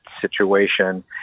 situation